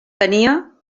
tenia